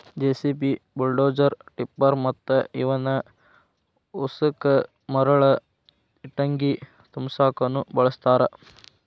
JCB, bulldozer, tipper ಮತ್ತ ಇವನ್ ಉಸಕ ಮರಳ ಇಟ್ಟಂಗಿ ತುಂಬಾಕುನು ಬಳಸ್ತಾರ